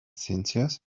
ciencias